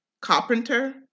carpenter